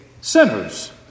sinners